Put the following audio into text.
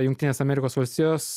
jungtines amerikos valstijos